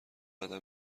قدم